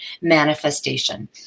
manifestation